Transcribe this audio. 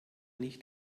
nicht